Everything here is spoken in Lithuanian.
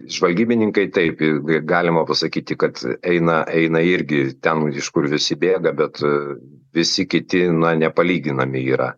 žvalgybininkai taip galima pasakyti kad eina eina irgi ten iš kur visi bėga bet visi kiti na nepalyginami yra